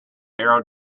arrow